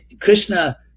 krishna